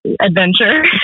adventure